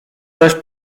zaś